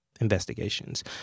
Investigations